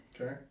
Okay